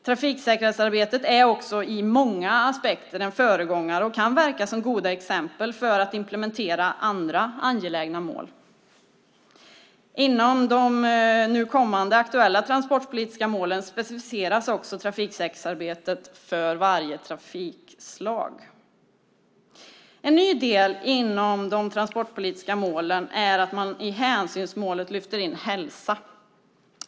Trafiksäkerhetsarbetet är också i många aspekter en föregångare och kan verka som gott exempel för att implementera andra angelägna mål. Inom de nu aktuella transportpolitiska målen specificeras också trafiksäkerhetsarbetet för varje trafikslag. En ny del inom de transportpolitiska målen är att man i hänsynsmålet lyfter in hälsa.